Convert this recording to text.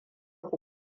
ku